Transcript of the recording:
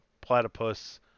Platypus